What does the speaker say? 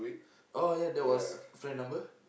oh ya that was friend number